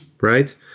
right